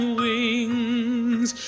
wings